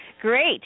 Great